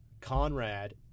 Conrad